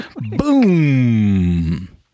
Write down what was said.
Boom